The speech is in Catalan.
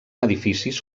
edificis